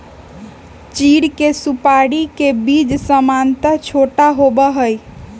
चीड़ के सुपाड़ी के बीज सामन्यतः छोटा होबा हई